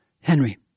Henry